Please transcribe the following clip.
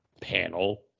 panel